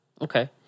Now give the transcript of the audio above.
Okay